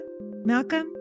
Malcolm